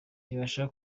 ibasha